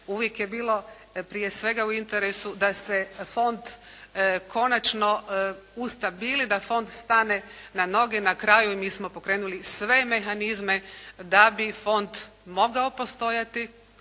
uvijek je bilo prije svega u interesu da se fond konačno ustabili, da fond stane na noge. Na kraju mi smo pokrenuli i sve mehanizme da bi fond mogao postojati,